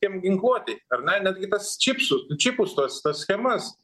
tiem ginkluoti ar ne netgi tas čipsų čipus tuos tas schemas